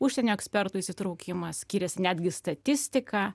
užsienio ekspertų įsitraukimas skiriasi netgi statistika